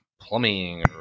plumbing